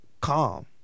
Calm